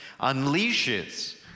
unleashes